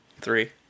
Three